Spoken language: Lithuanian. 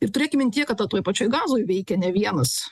ir turėkim mintyje kad ta toj pačioj gazoje veikia ne vienas